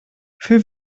für